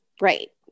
Right